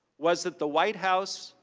was at the white house,